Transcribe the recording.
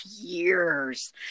years